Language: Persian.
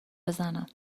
بزنم